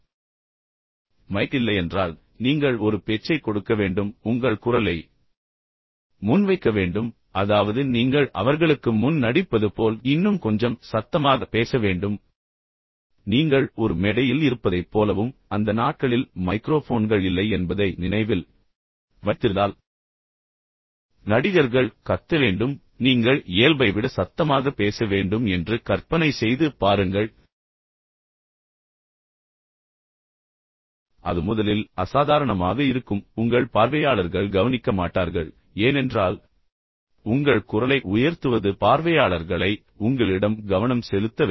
mic இல்லையென்றால் நீங்கள் ஒரு சூழ்நிலையில் எதிர்கொண்டால் நீங்கள் ஒரு பேச்சைக் கொடுக்க வேண்டும் உங்கள் குரலை முன்வைக்க வேண்டும் அதாவது நீங்கள் அவர்களுக்கு முன் நடிப்பது போல் இன்னும் கொஞ்சம் சத்தமாக பேச வேண்டும் நீங்கள் ஒரு மேடையில் இருப்பதைப் போலவும் பின்னர் அந்த நாட்களில் மைக்ரோஃபோன்கள் இல்லை என்பதை நீங்கள் நினைவில் வைத்திருந்தால் எனவே நடிகர்கள் கத்த வேண்டும் எனவே நீங்கள் இயல்பை விட சத்தமாக பேச வேண்டும் என்று கற்பனை செய்து பாருங்கள் ஆனால் அது முதலில் அசாதாரணமாக இருக்கும் ஆனால் உங்கள் பார்வையாளர்கள் கவனிக்க மாட்டார்கள் ஏனென்றால் உண்மையில் உங்கள் குரலை உயர்த்துவது பார்வையாளர்களை உங்களிடம் கவனம் செலுத்த வைக்கும்